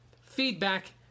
feedback